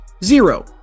zero